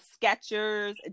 Skechers